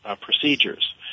procedures